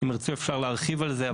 אם תרצו ניתן להרחיב על זה,